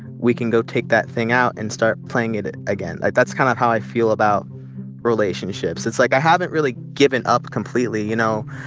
we can go take that thing out and start playing it it again. like that's kind of how i feel about relationships. it's like i haven't really given up completely. you know,